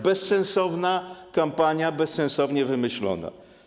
Bezsensowna kampania, bezsensownie wymyślona.